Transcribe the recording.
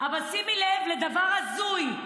שימי לב לדבר הזוי.